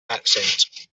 accent